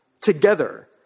together